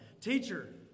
teacher